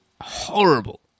horrible